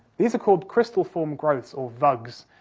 these are called crystal form growths, of vugs.